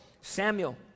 Samuel